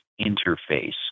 interface